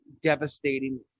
devastating